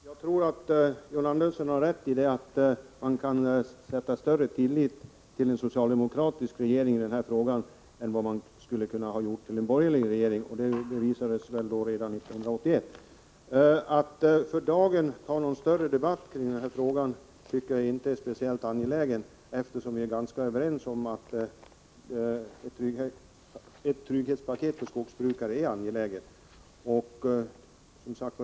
Herr talman! Jag tror att John Andersson gör rätt i att sätta större tillit till en socialdemokratisk regering i den här frågan än till en borgerlig. Det visade sig redan 1981. Att för dagen ha någon större debatt i denna fråga tycker jag inte är speciellt angeläget, eftersom vi är ganska överens om att ett trygghetspaket för skogsbrukare är angeläget.